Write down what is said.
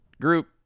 group